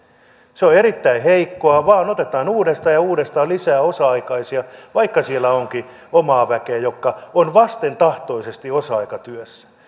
se on erittäin heikkoa vaan otetaan uudestaan ja uudestaan lisää osa aikaisia vaikka siellä onkin omaa väkeä joka on vastentahtoisesti osa aikatyössä